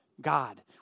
God